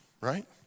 right